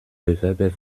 bewerber